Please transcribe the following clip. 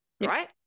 right